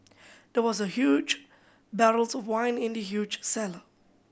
there was a huge barrels of wine in the huge cellar